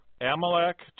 Amalek